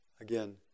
Again